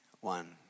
One